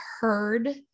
heard